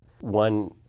one